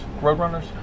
Roadrunners